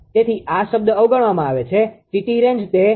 તેથી આ શબ્દ અવગણવામાં આવે છે 𝑇𝑡 રેન્જ તે 0